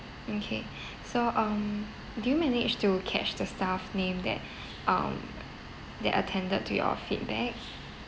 okay so um do you manage to catch the staff name that um that attended to your feedback